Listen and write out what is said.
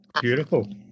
beautiful